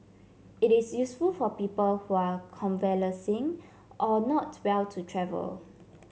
it is useful for people who are convalescing or not well to travel